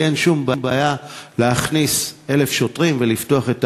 כי אין שום בעיה להכניס 1,000 שוטרים ולפתוח את ההר,